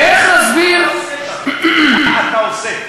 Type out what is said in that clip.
ואיך נסביר, מה אתה עושה?